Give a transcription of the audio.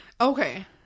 Okay